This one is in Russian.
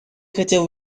хотел